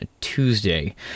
Tuesday